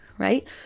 right